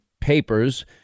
papers